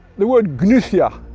the word gnydja,